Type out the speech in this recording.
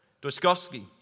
Dostoevsky